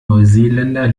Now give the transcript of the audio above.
neuseeländer